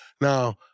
Now